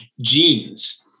genes